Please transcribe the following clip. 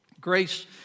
Grace